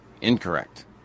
incorrect